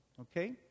Okay